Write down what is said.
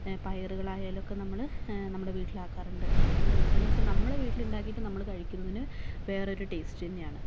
പയറുകളായാലൊക്കെ നമ്മൾ നമ്മുടെ വീട്ടിലാക്കാറുണ്ട് എന്ന് വെച്ചാൽ നമ്മളുടെ വീട്ടിലുണ്ടാക്കിയിട്ട് നമ്മൾ കഴിക്കുന്നതിന് വേറൊരു ടേസ്റ്റ് തന്നെയാണ്